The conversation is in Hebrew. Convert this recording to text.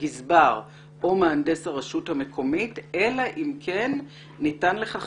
הגזבר או מהנדס הרשות המקומית אלא אם כן ניתן לכך